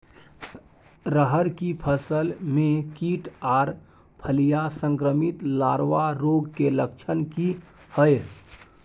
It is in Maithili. रहर की फसल मे कीट आर फलियां संक्रमित लार्वा रोग के लक्षण की हय?